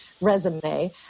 resume